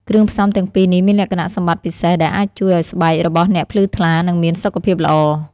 គ្រឿងផ្សំទាំងពីរនេះមានលក្ខណៈសម្បត្តិពិសេសដែលអាចជួយឲ្យស្បែករបស់អ្នកភ្លឺថ្លា និងមានសុខភាពល្អ។